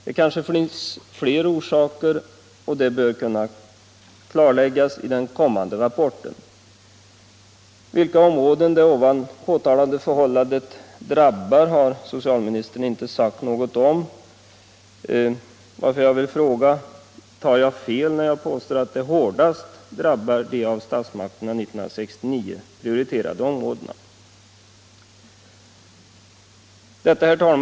Det kanske kan finnas fler orsaker, och det bör kunna klarläggas i den kommande rapporten. Vilka områden det ovan påtalade förhållandet drabbar har socialministern inte sagt något om, varför jag vill fråga honom: Tar jag fel när jag påstår att det hårdast drabbar de av statsmakterna 1969 prioriterade områdena? Herr talman!